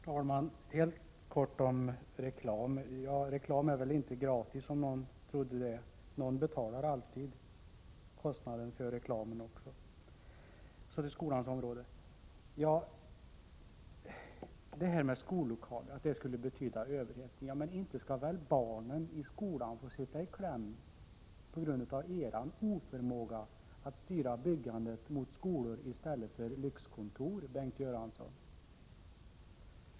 Herr talman! Helt kort om reklam. Reklam är faktiskt inte gratis, om någon tror det. Någon betalar alltid kostnaderna för reklamen också. Så till skolans område. När det gäller skollokaler och överhettning på byggområdet undrar jag: Inte skall väl barnen i skolan sitta emellan på grund av er oförmåga att styra byggandet mot skolor i stället för lyxkontor, Bengt Göransson?